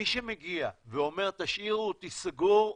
מי שמגיע ואומר: תשאירו אותי סגור,